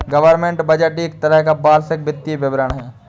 government budget एक तरह का वार्षिक वित्तीय विवरण है